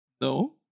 No